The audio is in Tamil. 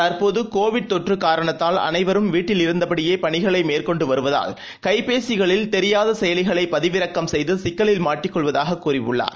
தற்போதுகோவிட் தொற்றுகாரணத்தால் வீட்டில் அனைவரும் இருந்தபடியேபணிகளைமேற்கொண்டுவருவதால் கைபேசிகளில் தெரியாதசெயலிகளைபதிவிறக்கம் செய்துசிக்கலில் மாட்டிக்கொள்வதாககூறியுள்ளார்